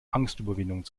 angstüberwindung